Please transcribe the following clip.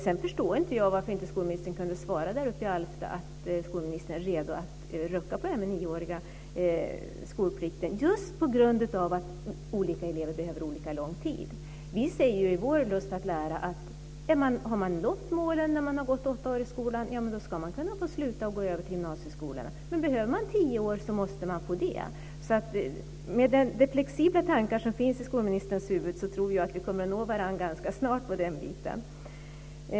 Sedan förstår inte jag varför inte skolministern kunde svara däruppe i Alfta att hon är redo att rucka på den nioåriga skolplikten, just på grund av att olika elever behöver olika lång tid. Vi säger i vår motion Lust att lära att har man nått målen när man har gått åtta år i skolan ska man kunna få sluta och gå över till gymnasieskolan, men behöver man tio år måste man få det. Med de flexibla tankar som finns i skolministerns huvud tror jag att vi kommer att nå varandra ganska snart i den biten.